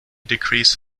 decrease